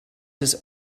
des